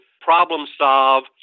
problem-solve